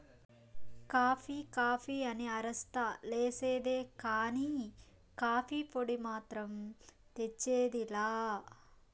coffee coffee అని అరస్తా లేసేదే కానీ, కాఫీ పొడి మాత్రం తెచ్చేది లా